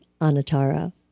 Anatara